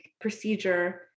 procedure